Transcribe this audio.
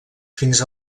fins